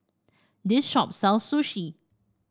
this shop sell Sushi